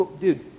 Dude